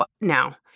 now